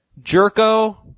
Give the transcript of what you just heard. Jerko